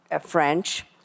French